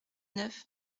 neuf